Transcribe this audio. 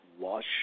lush